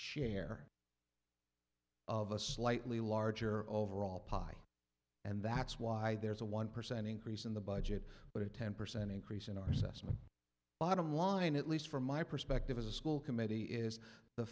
share of a slightly larger overall policy and that's why there's a one percent increase in the budget but a ten percent increase in our system bottom line at least from my perspective as a school committee is the